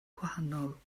gwahanol